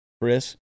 Chris